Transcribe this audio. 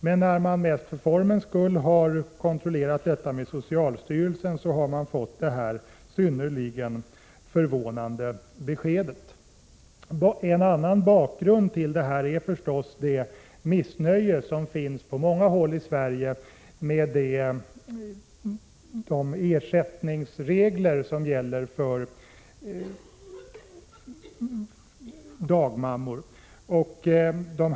Men när man från kommunen, mest för formens skull, kontrollerade med socialstyrelsen fick man det synnerligen förvånande beskedet att statsbidrag inte kan påräknas. En av flera orsaker till att det här initiativet kommit upp är det missnöje med ersättningsreglerna som gäller för dagmammor som finns på många håll i Sverige.